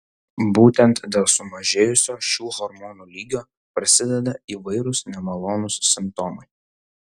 būtent dėl sumažėjusio šių hormonų lygio prasideda įvairūs nemalonūs simptomai